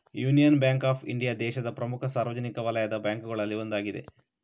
union bank of India ದೇಶದ ಪ್ರಮುಖ ಸಾರ್ವಜನಿಕ ವಲಯದ ಬ್ಯಾಂಕುಗಳಲ್ಲಿ ಒಂದಾಗಿದೆ